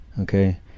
okay